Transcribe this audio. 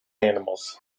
animals